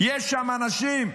יש שם אנשים.